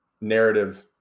narrative